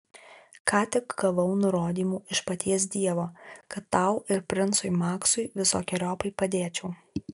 ką tik gavau nurodymų iš paties dievo kad tau ir princui maksui visokeriopai padėčiau